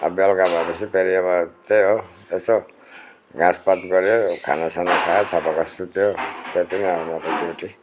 अब बेलुका भएपछि फेरि अब त्यही हो यसो घाँसपात गऱ्यो खाना साना खायो थपक्क सुत्यो त्यति नै हो मेरो ड्युटी